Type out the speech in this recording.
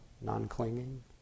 non-clinging